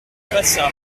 passa